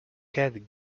cat